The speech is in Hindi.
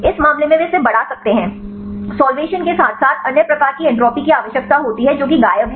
इस मामले में वे इसे बढ़ा सकते हैं सॉल्वेशन के साथ साथ अन्य प्रकार की एंट्रॉपी की आवश्यकता होती है जो की गायब है